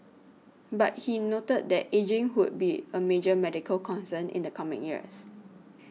but he noted that ageing would be a major medical concern in the coming years